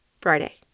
Friday